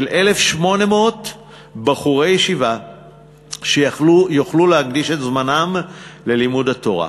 של 1,800 בחורי ישיבה שיוכלו להקדיש את זמנם ללימוד תורה,